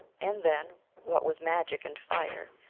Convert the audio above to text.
and then, what with magic and fire,